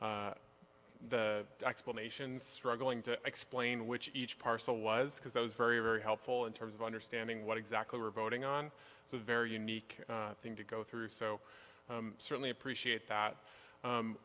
for the explanations struggling to explain which each parcel was because that was very very helpful in terms of understanding what exactly we're voting on so very unique thing to go through so certainly appreciate that